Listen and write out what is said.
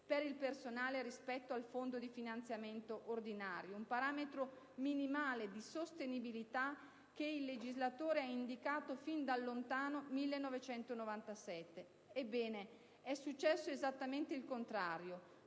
per il personale rispetto al Fondo di finanziamento ordinario: un parametro minimale di sostenibilità che il legislatore ha indicato fin dal lontano 1997. Ebbene, è successo esattamente il contrario: